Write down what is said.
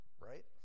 right